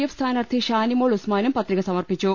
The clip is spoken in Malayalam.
എഫ് സ്ഥാനാർത്ഥി ഷാനിമോൾ ഉസ്മാനും പത്രിക സമർപ്പിച്ചു